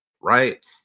right